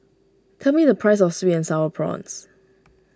tell me the price of Sweet and Sour Prawns